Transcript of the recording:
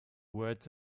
words